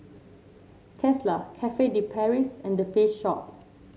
Tesla Cafe De Paris and The Face Shop